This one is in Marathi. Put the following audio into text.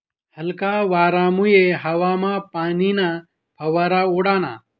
हलका वारामुये हवामा पाणीना फवारा उडना